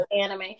anime